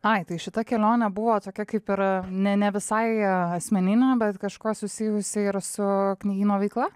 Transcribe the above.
ai tai šita kelionė buvo tokia kaip ir ne ne visai asmeninė bet kažkuo susijusi ir su knygyno veikla